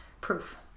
proof